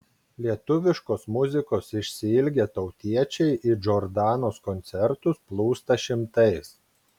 lietuviškos muzikos išsiilgę tautiečiai į džordanos koncertus plūsta šimtais